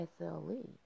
SLE